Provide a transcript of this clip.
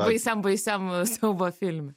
baisiam baisiam siaubo filme